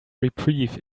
reprieve